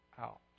out